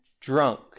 drunk